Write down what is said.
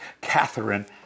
Catherine